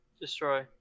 Destroy